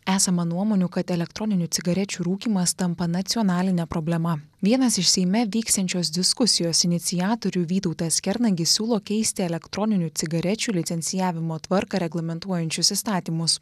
esama nuomonių kad elektroninių cigarečių rūkymas tampa nacionaline problema vienas iš seime vyksiančios diskusijos iniciatorių vytautas kernagis siūlo keisti elektroninių cigarečių licencijavimo tvarką reglamentuojančius įstatymus